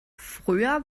früher